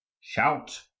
Shout